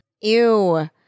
Ew